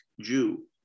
Jew